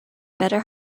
better